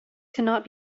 cannot